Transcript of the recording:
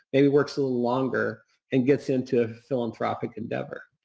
maybe works a little longer and gets into philanthropic endeavor.